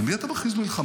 על מי אתה מכריז מלחמה?